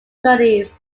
studies